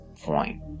point